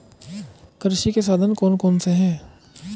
कृषि के साधन कौन कौन से हैं?